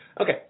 Okay